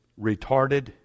retarded